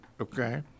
okay